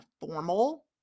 formal